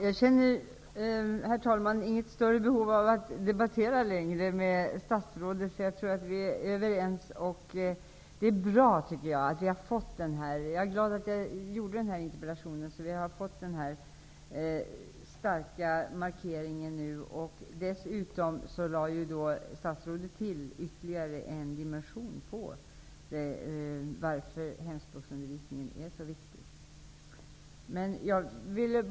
Herr talman! Jag känner inget större behov av att debattera längre med statsrådet, för jag tror att vi är överens. Jag är glad att jag ställde interpellationen, så att vi har fått den här starka markeringen nu. Dessutom lade statsrådet ytterligare en dimension till varför hemspråksundervisningen är så viktig.